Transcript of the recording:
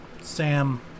Sam